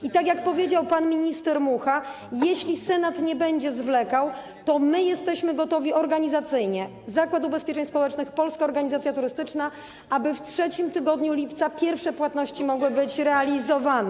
I tak jak powiedział pan minister Mucha, jeśli Senat nie będzie zwlekał, to my jesteśmy gotowi organizacyjnie, Zakład Ubezpieczeń Społecznych, Polska Organizacja Turystyczna, aby w trzecim tygodniu lipca pierwsze płatności mogły być realizowane.